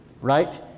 Right